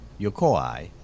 Yokoi